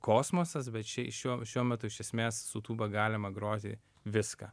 kosmosas bet čia šiuo šiuo metu iš esmės su tūba galima groti viską